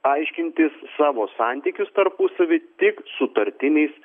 aiškintis savo santykius tarpusavy tik sutartiniais